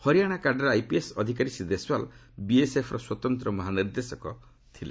ହରିୟାଣା କ୍ୟାଡରର ଆଇପିଏସ୍ ଅଧିକାରୀ ଶ୍ରୀ ଦେଶୱାଲ ବିଏସ୍ଏଫ୍ ର ସ୍ୱତନ୍ତ୍ର ମହାନିର୍ଦ୍ଦେଶକ ଥିଲେ